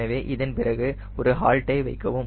எனவே இதன் பிறகு ஒரு ஹால்டை வைக்கவும்